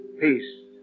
peace